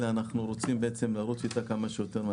אלא רוצים לרוץ איתה כמה שיותר מהר.